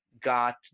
got